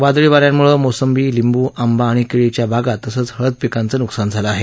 वादळी वाऱ्यामुळे मोसंबी लिंबू आंबा आणि केळीच्या बागा तसंच हळद पिकाचं नुकसान झालं आहे